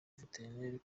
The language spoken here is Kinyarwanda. veterineri